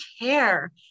care